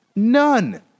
None